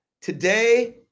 today